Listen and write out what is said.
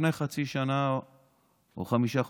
שילמתי לפני חצי שנה או חמישה חודשים.